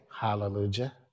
hallelujah